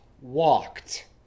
walked